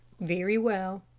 very well,